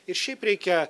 ir šiaip reikia